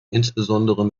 insbesondere